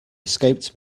escaped